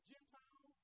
Gentile